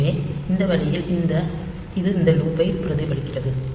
எனவே இந்த வழியில் இது இந்த லூப்பைப் பிரதிபலிக்கிறது